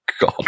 God